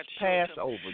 Passover